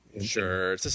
Sure